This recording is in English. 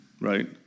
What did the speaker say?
right